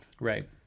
Right